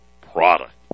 product